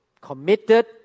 committed